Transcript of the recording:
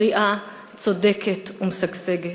בריאה, צודקת ומשגשגת.